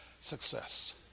success